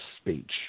speech